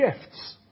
gifts